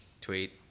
Tweet